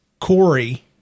Corey